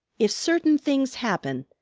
if certain things happen,